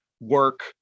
work